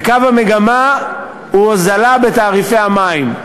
וקו המגמה הוא הוזלה בתעריפי המים.